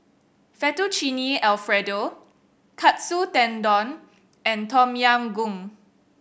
Fettuccine Alfredo Katsu Tendon and Tom Yam Goong